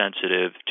sensitive